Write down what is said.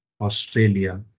Australia